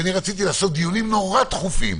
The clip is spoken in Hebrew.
שרציתי לקיים דיונים נורא דחופים,